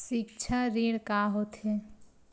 सिक्छा ऋण का होथे?